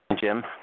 Jim